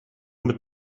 mit